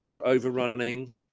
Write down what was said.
overrunning